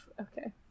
okay